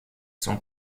sont